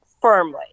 firmly